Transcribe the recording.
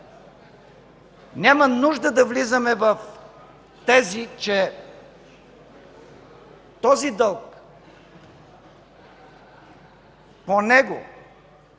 Няма нужда да влизаме в тези, че по този дълг, по